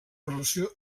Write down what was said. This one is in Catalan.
relació